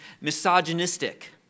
misogynistic